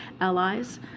allies